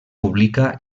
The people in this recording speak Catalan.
publica